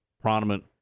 prominent